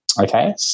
Okay